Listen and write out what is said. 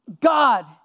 God